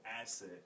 asset